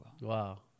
Wow